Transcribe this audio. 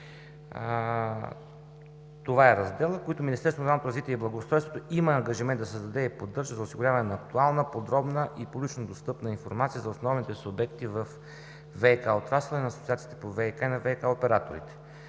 оператори“, които Министерството на регионалното развитие и благоустройството има ангажимент да създаде и поддържа за създаване на актуална, подробна и публично достъпна информация за основните субекти във ВиК отрасъла и на асоциациите по ВиК и на ВиК операторите,